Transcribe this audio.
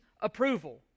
approval